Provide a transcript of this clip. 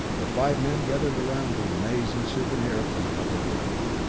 the five men gathered around the amazing souvenir from another world.